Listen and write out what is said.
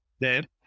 dead